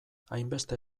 hainbeste